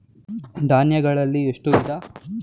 ಧಾನ್ಯಗಳಲ್ಲಿ ಎಷ್ಟು ವಿಧ?